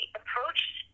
approached